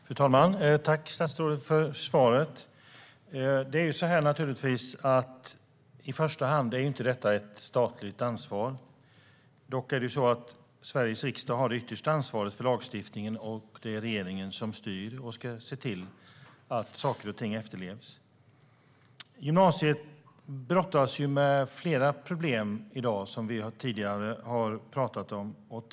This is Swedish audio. Fru talman! Jag tackar statsrådet för svaret. Detta är naturligtvis inte i första hand ett statligt ansvar. Dock har Sveriges riksdag det yttersta ansvaret för lagstiftningen och regeringen, som styr och ska se till att saker och ting efterlevs. Gymnasiet brottas med flera problem i dag, vilket vi har talat om tidigare.